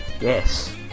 yes